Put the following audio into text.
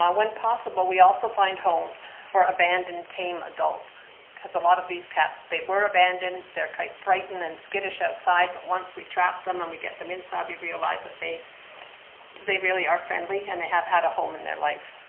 when possible, we also find homes for abandoned tame adults because a lot of these cats they were abandoned, they're quite frightened and skittish outside but once we trap them and we get them inside you realize that they they really are friendly and they have had a home in their life.